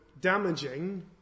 damaging